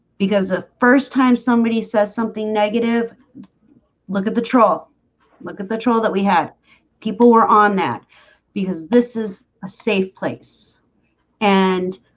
because the first time somebody says something negative look at the troll look at the troll that we had people were on that because this is a safe place and